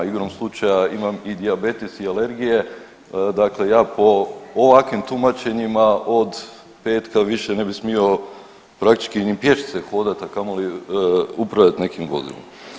Igrom slučaja imam i dijabetes i alergije, dakle ja po ovakvim tumačenjima od petka više ne bih smio praktički ni pješice hodati a kamoli upravljat nekim vozilom.